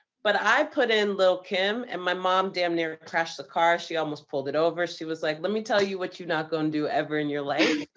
but i put in lil kim and my mom damn near crashed the car, she almost pulled it over. she was like, let me tell you what you're not gonna do ever in your life.